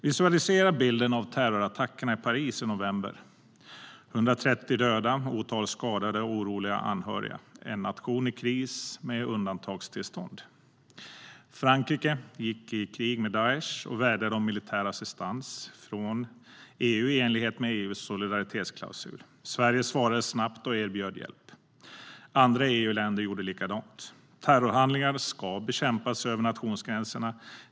Visualisera bilden av terrorattackerna i Paris i november: 130 döda, ett otal skadade och oroliga anhöriga - en nation i kris och med undantagstillstånd. Frankrike gick i krig med Daish och vädjade om militär assistans från EU i enlighet med EU:s solidaritetsklausul. Sverige svarade snabbt och erbjöd hjälp. Andra EU-länder gjorde likadant. Terrorhandlingar ska bekämpas över nationsgränserna.